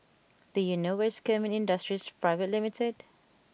do you know where is Kemin Industries Private Limited